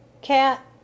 Cat